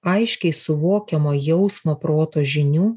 aiškiai suvokiamo jausmo proto žinių